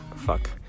fuck